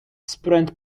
sprint